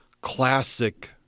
classic